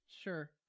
Sure